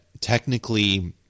technically